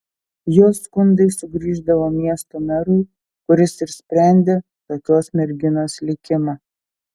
jos skundai sugrįždavo miesto merui kuris ir sprendė tokios merginos likimą